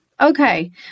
okay